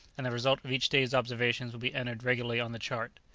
and the result of each day's observations would be entered regularly on the chart.